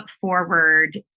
forward